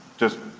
just.